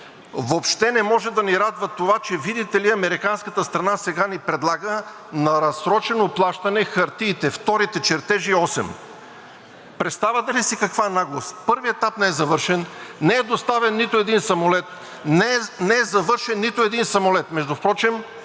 Въобще не може да ни радва това, че, видите ли, американската страна сега ни предлага на разсрочено плащане хартиите, вторите чертежи – 8. Представяте ли си каква наглост? Първият етап не е завършен, не е доставен нито един самолет, не е завършен нито един самолет! Между другото,